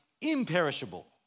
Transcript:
imperishable